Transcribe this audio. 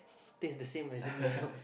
taste the same as the Mee-Siam